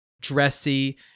dressy